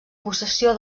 possessió